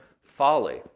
folly